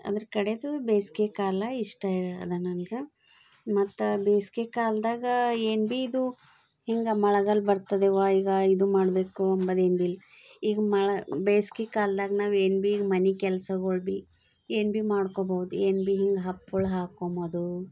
ಅದ್ರ ಕಡೆದು ಬೇಸಿಗೆ ಕಾಲ ಇಷ್ಟ ಅದ ನನಗೆ ಮತ್ತು ಬೇಸಿಗೆ ಕಾಲದಾಗ ಏನು ಬಿ ಇದು ಹಿಂಗೆ ಮಳೆಗಾಲ್ ಬರ್ತದೆವಾ ಈಗ ಇದು ಮಾಡಬೇಕು ಅಂಬದು ಏನು ಬಿ ಇಲ್ಲಿ ಈಗ ಮಳೆ ಬೇಸ್ಗೆ ಕಾಲ್ದಾಗ ನಾವು ಏನು ಬಿ ಈಗ ಮನೆ ಕೆಲ್ಸಗಳ್ ಬಿ ಏನು ಬಿ ಮಾಡ್ಕೊಬೋದು ಏನು ಬಿ ಹಿಂಗೆ ಹಪ್ಪಳ ಹಾಕ್ಕೊಮೋದು